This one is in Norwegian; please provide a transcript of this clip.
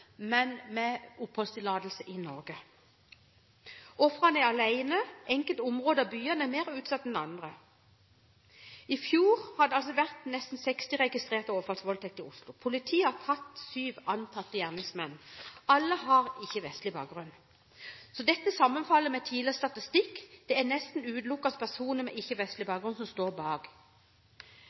oppholdstillatelse i Norge. Ofrene er alene, enkelte områder av byene er mer utsatt enn andre. I fjor var det nesten 60 registrerte overfallsvoldtekter i Oslo. Politiet har tatt syv antatte gjerningsmenn, alle har ikke-vestlig bakgrunn. Dette sammenfaller med tidligere statistikk: Det er nesten utelukkende personer med ikke-vestlig bakgrunn som står bak.